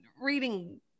reading